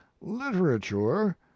literature